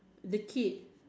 the kid